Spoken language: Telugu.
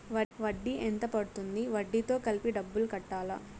వడ్డీ ఎంత పడ్తుంది? వడ్డీ తో కలిపి డబ్బులు కట్టాలా?